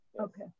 Okay